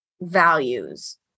values